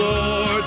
Lord